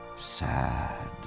sad